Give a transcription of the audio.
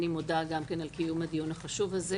אני מודה גם כן על קיום הדיון החשוב הזה